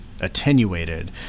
attenuated